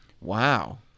Wow